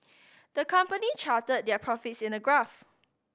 the company charted their profits in a graph